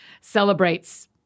celebrates